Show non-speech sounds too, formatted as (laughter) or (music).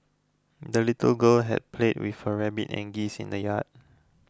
the little girl (unintelligible) played with her rabbit and geese in the yard